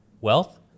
wealth